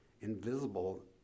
invisible